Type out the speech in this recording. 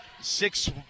six